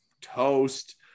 Toast